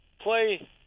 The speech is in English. play